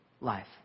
life